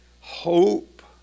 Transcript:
hope